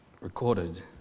recorded